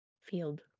field